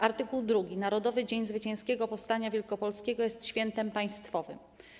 Art. 2. Narodowy Dzień Zwycięskiego Powstania Wielkopolskiego jest świętem państwowym.